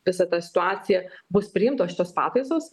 visą tą situaciją bus priimtos šitos pataisos